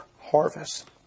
harvest